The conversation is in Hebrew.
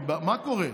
כי מה קורה?